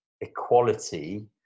equality